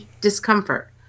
discomfort